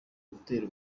gutera